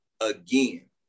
again